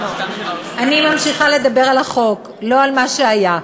אני ממשיכה לדבר על החוק, לא על מה שהיה.